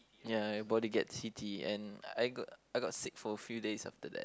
ya everybody gets heaty and I got I got sick for a few days after that